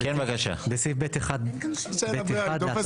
הכובד העיקרי של הבעיה העיקרית בכל הצעת החוק הזו,